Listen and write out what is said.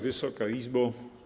Wysoka Izbo.